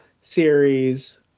series